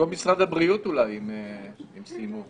בדיון בממשלה היה ברור שהנסיבות הן נסיבות מתפתחות,